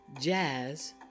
jazz